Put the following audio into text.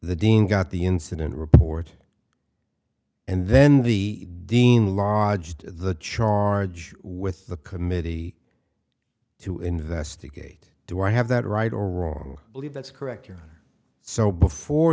the dean got the incident report and then the dean lodged the charge with the committee to investigate do i have that right or wrong believe that's correct your honor so before